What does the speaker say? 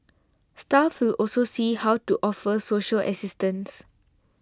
staff also see how to offer social assistance